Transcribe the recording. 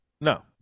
No